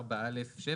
בסעיף 4/א'/7,